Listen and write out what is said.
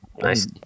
nice